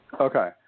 Okay